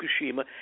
Fukushima